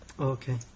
Okay